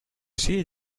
see